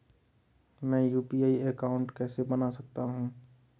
मैं UPI account कैसे बना सकता हूं?